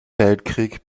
weltkrieg